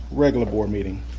regular board meeting.